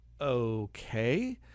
Okay